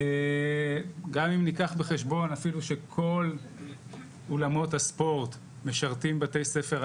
גם אם ניקח בחשבון אפילו שכל אולמות הספורט משרתים בתי ספר,